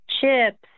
chips